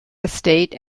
estate